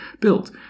built